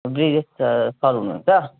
Brijesh sir sir हुनुहुन्छ